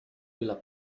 bila